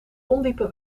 ondiepe